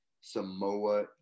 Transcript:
Samoa